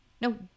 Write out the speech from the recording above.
no